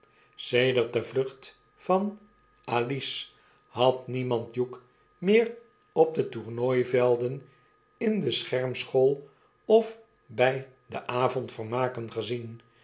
de vlucht van alice had demand hugh meer op de toumooivelden in de schermschool of bij de avondvermaken gezien